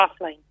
offline